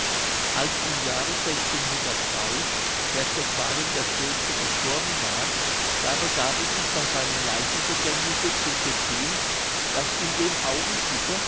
als im jahre herzog barnim xii gestorben war da begab es sich bei seinem leichenbegängnisse zu stettin daß in dem augenblicke